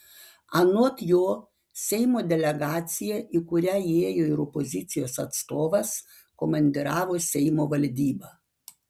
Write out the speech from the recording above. anot jo seimo delegaciją į kurią įėjo ir opozicijos atstovas komandiravo seimo valdyba